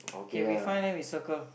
okay we find then we circle